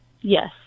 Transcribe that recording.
Yes